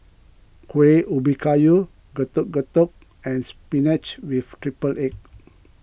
Kueh Ubi Kayu Getuk Getuk and Spinach with Triple Egg